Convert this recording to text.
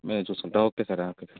మేము చూసుకుంటాం okay sir okay sir